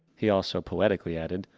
he also poetically added,